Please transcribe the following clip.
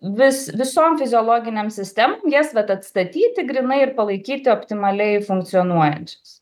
vis visom fiziologinėm sistemom jas vat atstatyti grynai ir palaikyti optimaliai funkcionuojančias